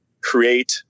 create